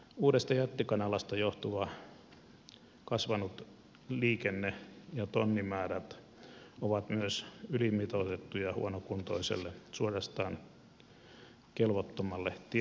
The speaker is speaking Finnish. uudesta jättikanalasta johtuva kasvanut liikenne ja tonnimäärät ovat myös ylimitoitettuja huonokuntoiselle suorastaan kelvottomalle tien rakenteelle